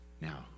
now